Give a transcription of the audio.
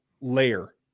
layer